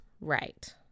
Right